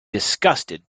disgusted